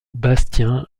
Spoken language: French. bastien